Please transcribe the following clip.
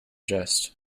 jest